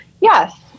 Yes